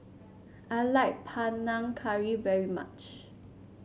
I like Panang Curry very much